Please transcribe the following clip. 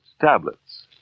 tablets